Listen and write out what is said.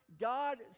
God